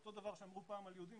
אותו דבר שאמרו פעם על יהודים,